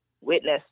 witness